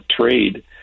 trade